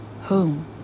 Home